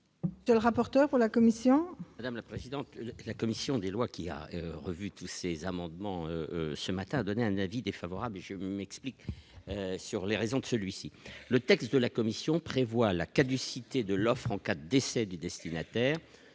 proposé. Le rapporteur pour la commission. Madame la présidente de la commission des lois, qui a revu tous ses amendements, ce matin, donné un avis défavorable je m'explique sur les raisons de celui-ci, le texte de la Commission prévoit la caducité de l'offre en cas décès du destinataire,